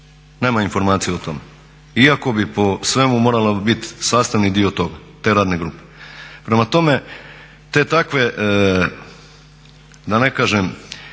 nema informaciju o tome, iako bi po svemu morala bit sastavni dio toga, te radne grupe. Prema tome, te takve da ne kažem